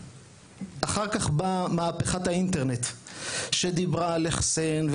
באה מהפכת האינטרנט שדיברה על אחסן,